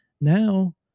Now